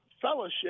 fellowship